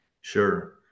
Sure